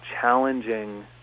challenging